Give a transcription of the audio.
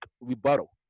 rebuttal